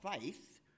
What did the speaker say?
faith